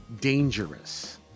dangerous